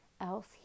else